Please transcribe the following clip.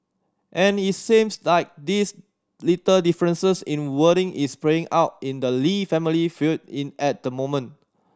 and it sames like these little differences in wording is playing out in the Lee family feud in at the moment